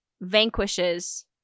vanquishes